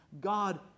God